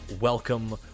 welcome